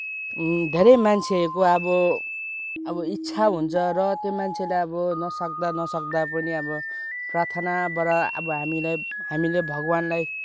धेरै मान्छेहरूको अब इच्छा हुन्छ र त्यो मान्छेले अब नसक्दा नसक्दा पनि अब प्रार्थनाबाट अब हामीलाई हामीले भगवान्लाई